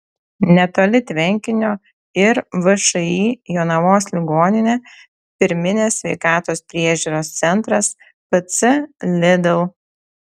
netoli tvenkinio ir všį jonavos ligoninė pirminės sveikatos priežiūros centras pc lidl